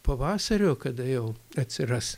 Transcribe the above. pavasario kada jau atsiras